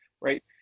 right